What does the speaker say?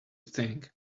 thing